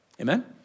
amen